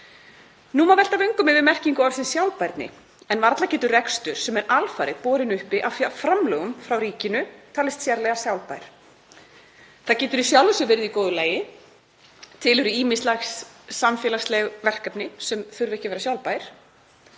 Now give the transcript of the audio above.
Nú má velta vöngum yfir merkingu orðsins sjálfbærni en varla getur rekstur sem er alfarið borinn uppi af framlögum frá ríkinu talist sérlega sjálfbær. Það getur í sjálfu sér verið í góðu lagi, til eru ýmisleg samfélagsleg verkefni sem þurfa ekki að vera sjálfbær.